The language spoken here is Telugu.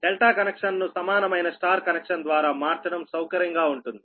∆ కనెక్షన్ను సమానమైన Y కనెక్షన్ ద్వారా మార్చడం సౌకర్యంగా ఉంటుంది